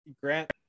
Grant